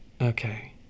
Okay